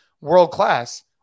world-class